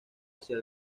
hacia